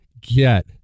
get